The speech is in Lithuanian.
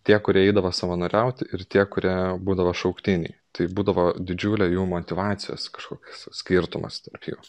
tie kurie eidavo savanoriaut ir tie kurie būdavo šauktiniai tai būdavo didžiulė jų motyvacijos kažkoks skirtumas tarp jų